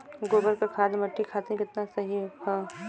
गोबर क खाद्य मट्टी खातिन कितना सही ह?